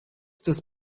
des